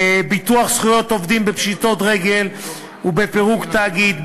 ביטוח זכויות עובדים בפשיטת רגל ובפירוק תאגיד,